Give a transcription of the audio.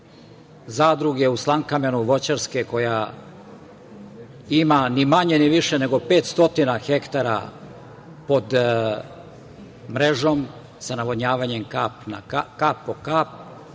zadruge u Slankamenu voćarske koja ima ni manje ni više nego 500 hektara pod mrežom, sa navodnjavanjem kap po kap,